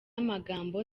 amagambo